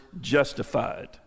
justified